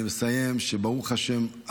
אני מסיים: ברוך השם,